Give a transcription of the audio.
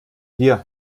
hier